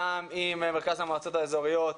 גם עם מרכז המועצות האזוריות,